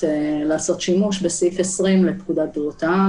לעשות שימוש בסעיף 20 לפקודת העם,